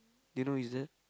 do you know who is that